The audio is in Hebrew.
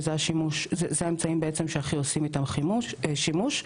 שהם האמצעים שבעצם הכי עושים בהם שימוש,